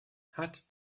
hat